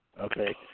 Okay